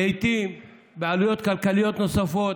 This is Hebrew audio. לעיתים בעלויות כלכליות נוספות.